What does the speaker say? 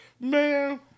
Man